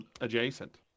adjacent